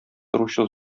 торучы